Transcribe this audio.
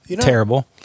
terrible